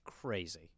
crazy